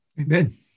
Amen